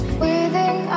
Breathing